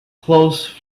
close